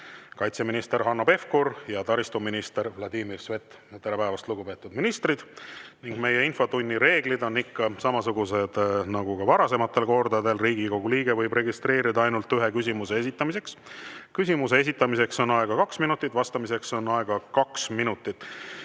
kaitseminister Hanno Pevkur ja taristuminister Vladimir Svet. Tere päevast, lugupeetud ministrid! Meie infotunni reeglid on ikka samasugused nagu ka varasematel kordadel. Riigikogu liige võib registreeruda ainult ühe küsimuse esitamiseks. Küsimuse esitamiseks on aega kaks minutit, vastamiseks on aega [kolm] minutit.